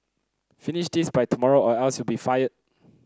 finish this by tomorrow or else you'll be fired